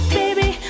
baby